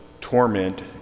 torment